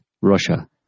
Russia